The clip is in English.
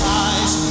eyes